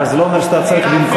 אבל זה לא אומר שאתה צריך לנקום,